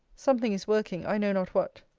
something is working, i know not what.